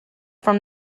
from